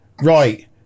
Right